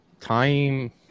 time